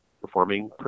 performing